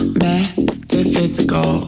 metaphysical